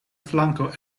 flanko